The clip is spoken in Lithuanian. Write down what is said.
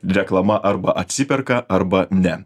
reklama arba atsiperka arba ne